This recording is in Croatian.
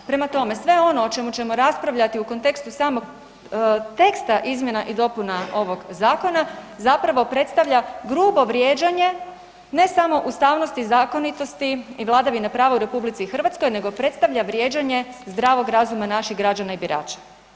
Prema tome, sve ono o čemu ćemo raspravljati u kontekstu samog teksta izmjena i dopuna ovog zakona zapravo predstavlja grubo vrijeđanje ne samo ustavnosti i zakonitosti i vladavine prava u RH nego predstavlja vrijeđanje zdravog razuma naših građana i birača.